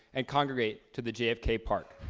and congregate to the jfk park.